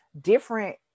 different